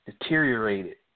Deteriorated